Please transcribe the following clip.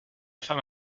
femme